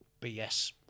BS